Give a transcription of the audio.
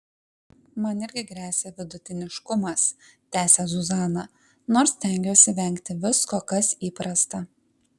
man irgi gresia vidutiniškumas tęsia zuzana nors stengiuosi vengti visko kas įprasta